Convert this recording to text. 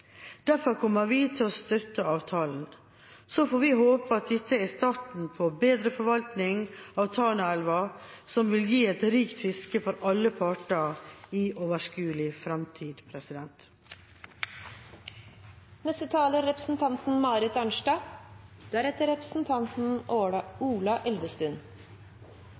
Derfor kommer vi til å støtte avtalen. Så får vi håpe at dette er starten på bedre forvaltning av Tanaelva, som vil gi et rikt fiske for alle parter i overskuelig framtid.